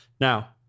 Now-